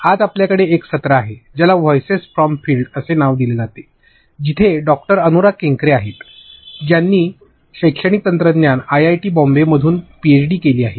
आज आपल्याकडे एक सत्र आहे ज्याला व्हॉईसेस फ्रॉम फील्ड असे नाव दिले जाते तिथे डॉक्टर अनुरा केंकरे आहेत ज्यांनी शैक्षणिक तंत्रज्ञान आयआयटी बॉम्बेमधून पीएचडी केलेली आहेत